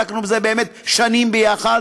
עסקנו בזה באמת שנים יחד: